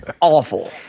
awful